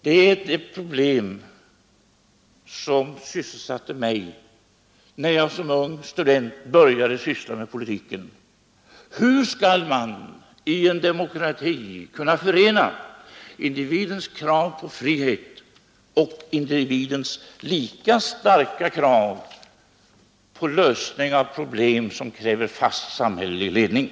Det var detta problem som syselsatte mig när jag som ung student började syssla med politiken: Hur skall man i en demokrati kunna förena individens krav på frihet och individens lika starka krav på lösning av problem som kräver fast samhällelig ledning?